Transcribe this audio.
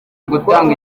gutanga